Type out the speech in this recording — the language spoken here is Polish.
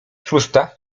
szósta